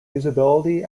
usability